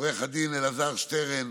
לעו"ד אלעזר שטרן